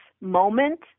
moment